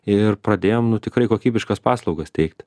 ir pradėjom nu tikrai kokybiškas paslaugas teikt